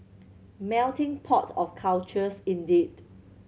melting pot of cultures indeed